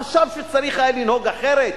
חשב שצריך היה לנהוג אחרת.